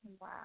Wow